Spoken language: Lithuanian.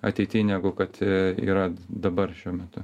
ateity negu kad yra dabar šiuo metu